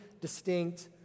distinct